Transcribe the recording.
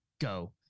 go